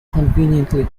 conveniently